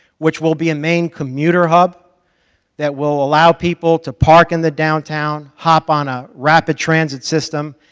which will be a main commuter hub that will allow people to park in the downtown, hop on a rapid transit system,